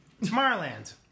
tomorrowland